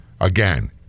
Again